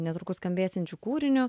netrukus skambėsiančiu kūriniu